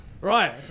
Right